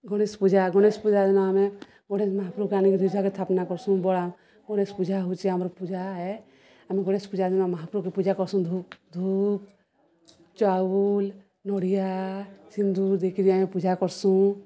ଗଣେଶ୍ ପୂଜା ଗଣେଶ ପୂଜା ଦିନ ଆମେ ଗଣେଶ୍ ମହାପୃକେ ଆଣିକି ଥାପ୍ନା କର୍ସୁଁ ବଡ଼ ଗଣେଶ୍ ପୂଜା ହଉଛେ ଆମର୍ ପୂଜା ଆମେ ଗଣେଶ୍ ପୂଜା ଦିନ ମହାପୃକେ ପୂଜା କର୍ସୁଁ ଧୂପ୍ ଧୂପ୍ ଚାଉଲ୍ ନଡ଼ିଆ ସିନ୍ଦୁର୍ ଦେଇକିରି ଆମେ ପୂଜା କର୍ସୁଁ